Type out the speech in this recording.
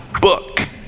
book